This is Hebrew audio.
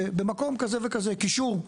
במקום כזה וכזה, קישור.